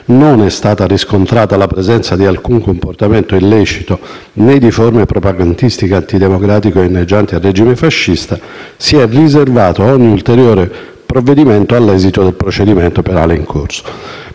non è stata riscontrata la presenza di alcun comportamento illecito, né di forme propagandistiche antidemocratiche o inneggianti al regime fascista, si è riservato ogni ulteriore provvedimento all'esito del procedimento penale in corso.